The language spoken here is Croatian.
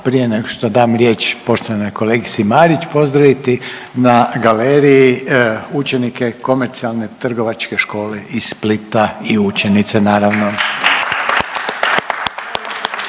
prije nego što dam riječ poštovanoj kolegici Marić pozdraviti na galeriji učenike Komercijalne trgovačke škole iz Splita i učenice naravno.